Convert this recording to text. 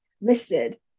listed